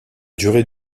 durée